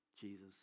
Jesus